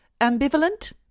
Ambivalent